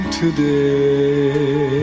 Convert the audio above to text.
today